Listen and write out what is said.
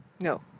No